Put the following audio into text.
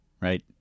Right